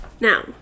now